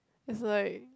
it's like